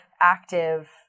active